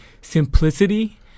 simplicity